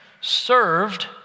served